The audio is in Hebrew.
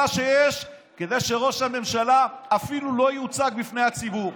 שיש כדי שראש הממשלה אפילו לא יוצג בפני הציבור.